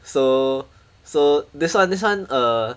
so so this one this one uh